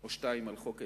או שתיים על חוק ההסדרים.